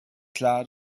klar